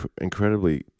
incredibly